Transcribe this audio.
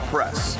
Press